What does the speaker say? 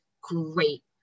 great